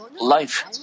life